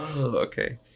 okay